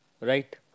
Right